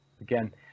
Again